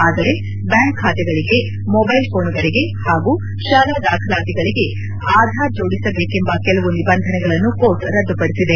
ಆದರೆ ಬ್ಯಾಂಕ್ ಖಾತೆಗಳಿಗೆ ಮೊಬ್ವೆಲ್ ಫೋನುಗಳಿಗೆ ಹಾಗೂ ಶಾಲಾ ದಾಖಲಾತಿಗಳಿಗೆ ಆಧಾರ್ ಜೋಡಿಸಬೇಕೆಂಬ ಕೆಲವು ನಿಬಂಧನೆಗಳನ್ನು ಕೋರ್ಟ್ ರದ್ದುಪಡಿಸಿದೆ